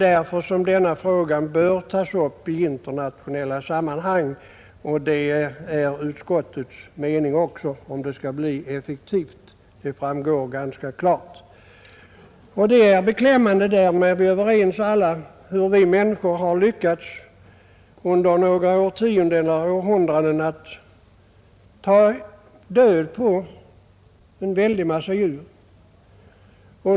Därför bör denna fråga tas upp i internationella sammanhang, det är utskottets mening, och det framgår klart av betänkandet. Vi är sannolikt alla överens om att det är beklämmande hur vi människor under några årtionden eller århundraden lyckats ta död på en väldig mängd djur.